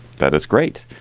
that is great.